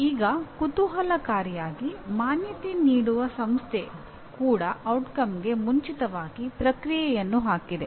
ಈಗ ಕುತೂಹಲಕಾರಿಯಾಗಿ ಮಾನ್ಯತೆ ನೀಡುವ ಸಂಸ್ಥೆ ಕೂಡ ಉತ್ಪಾದಕದ ಮುಂಚಿತವಾಗಿ ಪ್ರಕ್ರಿಯೆಯನ್ನು ಹಾಕಿದೆ